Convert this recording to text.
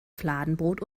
fladenbrot